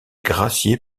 gracié